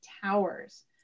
towers